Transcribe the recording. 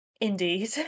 Indeed